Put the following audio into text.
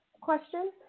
Question